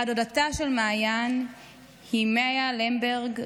בת דודתה של מעיין היא מיאה ליימברג,